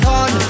on